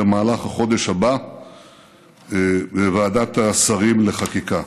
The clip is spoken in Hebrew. במהלך החודש הבא לוועדת השרים לחקיקה.